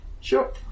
Sure